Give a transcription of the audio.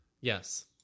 yes